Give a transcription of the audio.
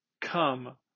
come